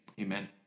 amen